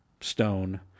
stone